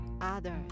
others